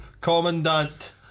Commandant